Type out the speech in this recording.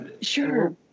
Sure